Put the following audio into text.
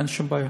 אין שום בעיה.